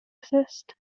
assist